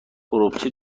تربچه